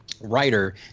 writer